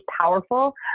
powerful